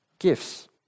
Gifts